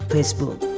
Facebook